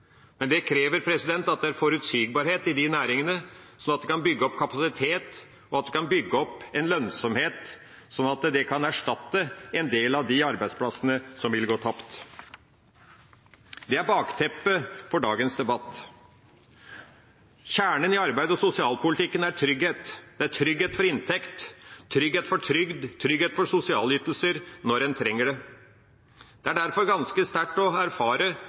Men det krever en forutsigbarhet i de næringene, slik at vi kan bygge opp en kapasitet og en lønnsomhet slik at det kan erstatte en del av de arbeidsplassene som vil gå tapt. Dette er bakteppet for dagens debatt. Kjernen i arbeids- og sosialpolitikken er trygghet, trygghet for inntekt, for trygd, for sosiale ytelser når en trenger det. Det er derfor ganske sterkt å erfare